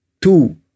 two